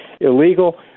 illegal